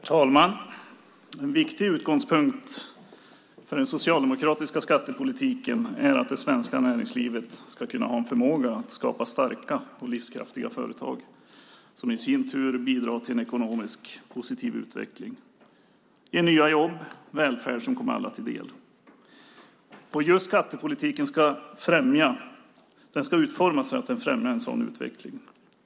Herr talman! En viktig utgångspunkt för den socialdemokratiska skattepolitiken är att det svenska näringslivet ska kunna ha en förmåga att skapa starka och livskraftiga företag som i sin tur bidrar till en positiv ekonomisk utveckling, ger nya jobb och välfärd som kommer alla till del. Skattepolitiken ska utformas så att den främjar en sådan utveckling.